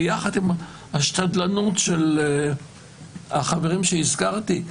יחד עם השתדלנות של החברים שהזכרתי,